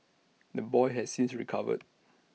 the boy has since recovered